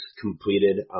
completed